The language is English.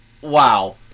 Wow